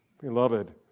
Beloved